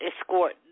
escort